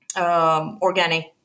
organic